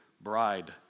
bride